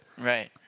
Right